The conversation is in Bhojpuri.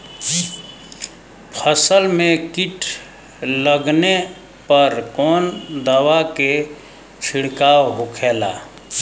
फसल में कीट लगने पर कौन दवा के छिड़काव होखेला?